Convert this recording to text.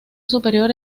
superior